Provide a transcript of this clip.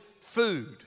food